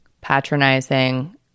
patronizing